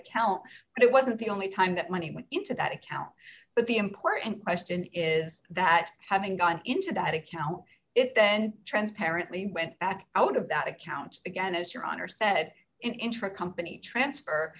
account but it wasn't the only time that money went into that account but the important question is that having gone into that account it then transparently went back out of that account again as your honor said in truck company transfer